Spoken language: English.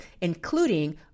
including